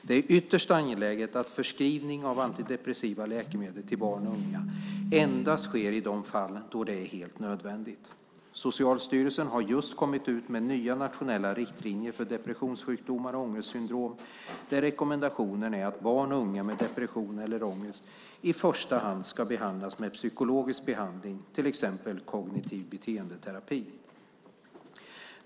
Det är ytterst angeläget att förskrivning av antidepressiva läkemedel till barn och unga endast sker i de fall då det är helt nödvändigt. Socialstyrelsen har just kommit ut med nya nationella riktlinjer för depressionssjukdomar och ångestsyndrom där rekommendationen är att barn och unga med depression eller ångest i första hand ska behandlas med psykologisk behandling, till exempel kognitiv beteendeterapi.